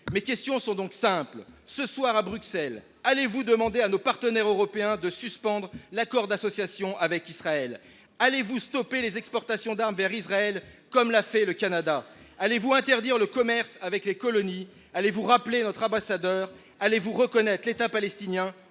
Mes questions sont donc simples. Ce soir, à Bruxelles, allez vous demander à nos partenaires européens de suspendre l’accord d’association avec Israël ? Allez vous mettre un terme aux exportations d’armes vers Israël, comme l’a fait le Canada ? Allez vous interdire le commerce avec les colonies ? Allez vous rappeler notre ambassadeur ? Allez vous reconnaître l’État palestinien,